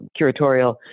curatorial